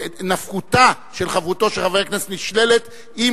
נפקותה של חברותו של חבר הכנסת נשללת אם